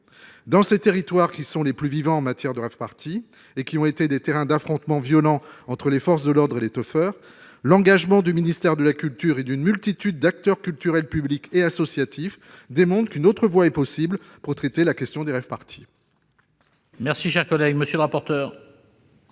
Dans ces territoires, qui sont les plus vivants en matière de rave-parties et qui ont été des terrains d'affrontements violents entre les forces de l'ordre et les « teufeurs », l'engagement du ministère de la culture et d'une multitude d'acteurs culturels publics et associatifs démontre qu'une autre voie est possible pour traiter la question des rave-parties. Quel est l'avis de la